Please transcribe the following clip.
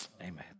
Amen